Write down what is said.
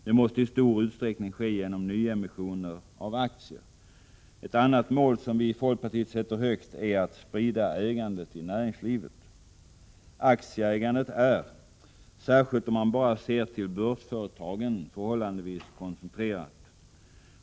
Det måste i stor utsträckning ske genom nyemissioner av aktier. Ett annat mål som vi i folkpartiet sätter högt är att sprida ägandet i näringslivet. Aktieägandet är — särskilt om man ser till bara börsföretagen — förhållandevis koncentrerat.